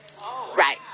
Right